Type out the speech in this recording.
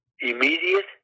immediate